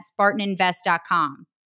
spartaninvest.com